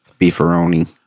Beefaroni